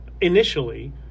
initially